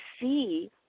see